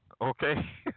Okay